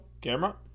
camera